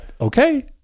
okay